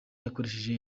yakoresheje